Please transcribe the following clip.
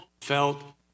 felt